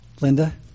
Linda